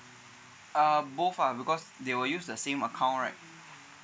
uh both ah because they will use the same account right